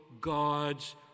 God's